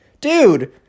dude